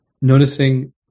noticing